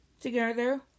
together